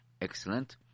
excellent